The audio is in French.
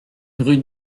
rue